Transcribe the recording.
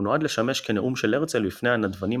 הוא נועד לשמש כנאום של הרצל בפני הנדבנים